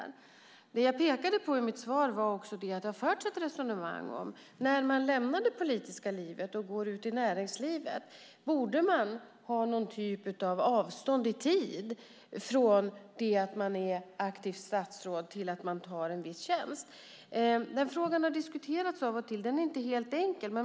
Det som jag pekade på i mitt svar var också att det har förts ett resonemang om att när man lämnar det politiska livet och går ut i näringslivet borde det vara någon typ av avstånd i tid från det att man är aktivt statsråd till att man tar en viss tjänst. Den frågan har diskuterats av och till. Den är inte helt enkel.